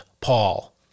Paul